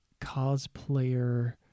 cosplayer